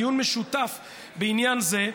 דיון משותף בעניין זה,